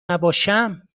نباشم